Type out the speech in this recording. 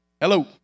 Hello